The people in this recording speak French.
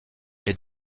est